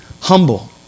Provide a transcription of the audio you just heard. humble